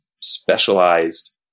specialized